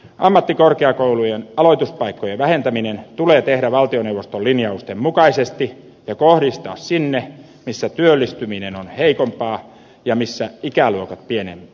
ammattikorkeakoulujen aloituspaikkojen vähentäminen tulee tehdä valtioneuvoston linjausten mukaisesti ja kohdistaa sinne missä työllistyminen on heikompaa ja missä ikäluokat pienenevät